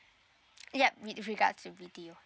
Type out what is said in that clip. yup it regards a good deal